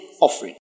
offering